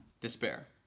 Despair